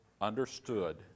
understood